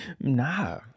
nah